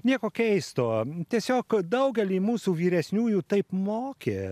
nieko keisto tiesiog daugelį mūsų vyresniųjų taip mokė